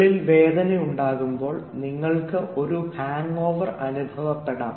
ഉള്ളിൽ വേദന ഉണ്ടാകുമ്പോൾ നിങ്ങൾക്ക് ഒരു ഹാങ്ഓവർ അനുഭവപ്പെടാം